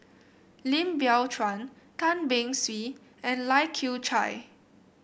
Lim Biow Chuan Tan Beng Swee and Lai Kew Chai